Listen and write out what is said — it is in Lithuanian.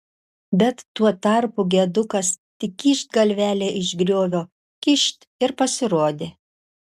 bet tuo tarpu gedukas tik kyšt galvelę iš griovio kyšt ir pasirodė